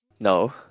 No